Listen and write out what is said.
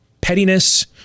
pettiness